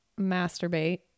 masturbate